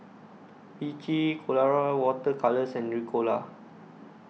Vichy Colora Water Colours and Ricola